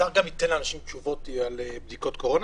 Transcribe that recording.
האתר ייתן גם תשובות לאנשים על בדיקות קורונה?